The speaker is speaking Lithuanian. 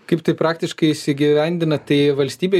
kaip tai praktiškai įsigyvendina tai valstybei